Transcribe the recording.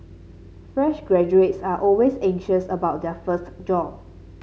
fresh graduates are always anxious about their first job